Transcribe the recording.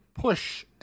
push